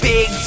Big